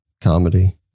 comedy